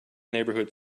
neighborhood